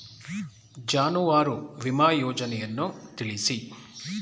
ಜಾನುವಾರು ವಿಮಾ ಯೋಜನೆಯನ್ನು ತಿಳಿಸಿ?